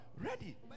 Ready